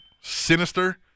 sinister